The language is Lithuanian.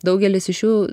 daugelis iš jų